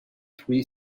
three